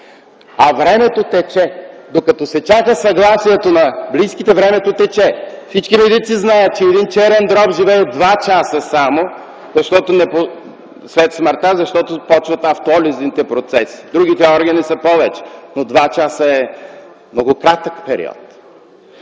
а времето тече. Докато се чака съгласието на близките, времето тече. Всички медици знаят, че един черен дроб живее само два часа след смъртта, защото почват автолизните процеси. За другите органи са повече, но два часа е много кратък период.